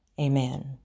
Amen